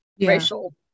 racial